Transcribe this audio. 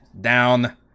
down